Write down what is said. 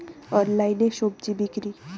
অনলাইনে স্বজি বিক্রি?